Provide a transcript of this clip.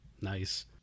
Nice